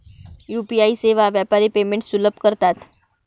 UPI सेवा व्यापारी payments सुलभ करतात